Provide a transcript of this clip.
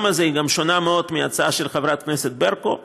הזה; היא גם שונה מאוד מההצעה של חברת הכנסת ברקו.